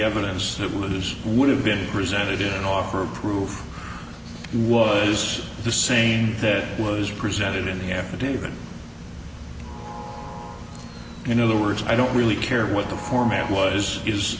evidence that was would have been presented and offer proof was the same that was presented in the affidavit in other words i don't really care what the format was is